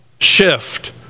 shift